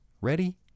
Ready